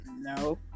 No